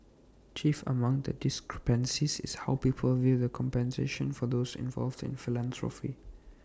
chief among the discrepancies is how people view compensation for those involved in philanthropy